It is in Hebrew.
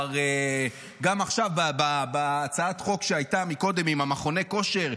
גם עכשיו בהצעת החוק שהייתה מקודם עם מכוני הכושר,